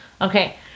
Okay